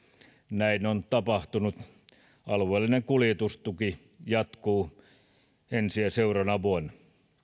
näin on tapahtunut alueellinen kuljetustuki jatkuu ensi ja seuraavana vuonna